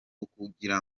ukugira